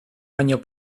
baino